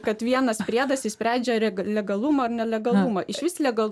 kad vienas priedas išsprendžia reg legalumo nelegalumo išvis legalu